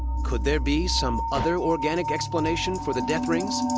could there be some other organic explanation for the death rings?